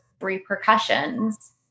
repercussions